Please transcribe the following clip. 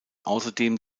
außerdem